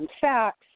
facts